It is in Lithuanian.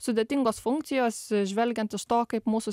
sudėtingos funkcijos žvelgiant iš to kaip mūsų